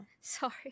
Sorry